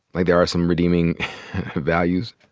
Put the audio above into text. like, there are some redeeming values?